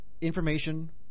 information